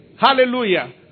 Hallelujah